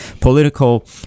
political